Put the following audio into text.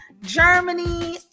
Germany